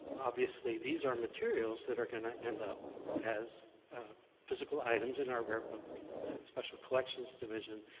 obviously these are materials that are going to end up as physical items in our rare book and special collections division.